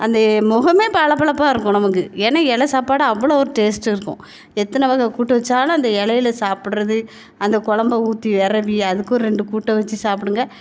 அந்த முகமே பளபளப்பாக இருக்கும் நமக்கு ஏன்னா இல சாப்பாடு அவ்வளோ ஒரு டேஸ்ட்டு இருக்கும் எத்தனை வகை கூட்டு வச்சாலும் அந்த இலையில சாப்புடுறது அந்த கொழம்ப ஊற்றி விறவி அதுக்கும் ஒரு ரெண்டு கூட்டு வச்சி சாப்புடுங்க